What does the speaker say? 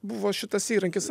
buvo šitas įrankis